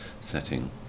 setting